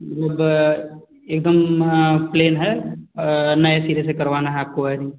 वो एकदम प्लेन है नए सिरे से करवाना है आपको वायरिंग